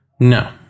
No